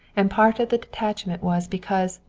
and part of the detachment was because,